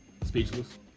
Speechless